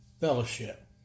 fellowship